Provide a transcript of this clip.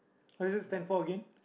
what does it stand for again